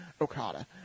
Okada